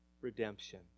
redemption